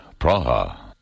Praha